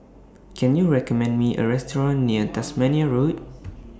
Can YOU recommend Me A Restaurant near Tasmania Road